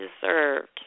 deserved